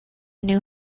knew